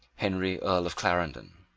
henry earl of clarendon.